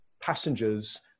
passengers